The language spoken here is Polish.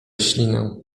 ślinę